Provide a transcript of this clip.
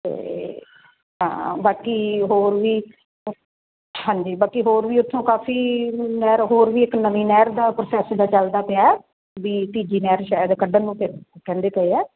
ਅਤੇ ਹਾਂ ਬਾਕੀ ਹੋਰ ਵੀ ਹਾਂਜੀ ਬਾਕੀ ਹੋਰ ਵੀ ਉੱਥੋਂ ਕਾਫ਼ੀ ਨਹਿਰ ਹੋਰ ਵੀ ਇੱਕ ਨਵੀਂ ਨਹਿਰ ਦਾ ਪ੍ਰੋਸੈਸ ਦਾ ਚੱਲਦਾ ਪਿਆ ਵੀ ਤੀਜੀ ਨਹਿਰ ਸ਼ਾਇਦ ਕੱਢਣ ਨੂੰ ਕ ਕਹਿੰਦੇ ਪਏ ਆ